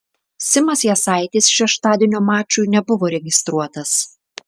simas jasaitis šeštadienio mačui nebuvo registruotas